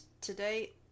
today